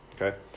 Okay